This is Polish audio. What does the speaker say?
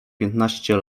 piętnaście